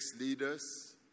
leaders